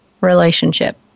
relationship